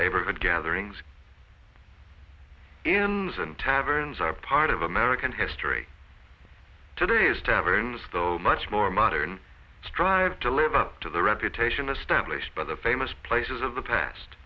neighborhood gatherings taverns are part of american history today as taverns though much more modern strive to live up to the reputation established by the famous places of the past